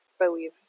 believe